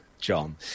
John